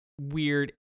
weird